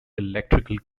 electrical